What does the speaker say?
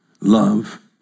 love